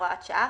הוראת שעה),